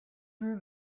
you